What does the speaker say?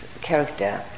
character